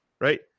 right